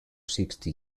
sixty